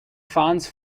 funds